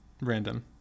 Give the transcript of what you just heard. random